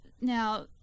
Now